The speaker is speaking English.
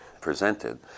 presented